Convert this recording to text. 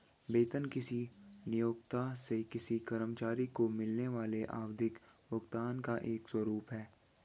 वेतन किसी नियोक्ता से किसी कर्मचारी को मिलने वाले आवधिक भुगतान का एक स्वरूप है